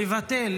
לבטל,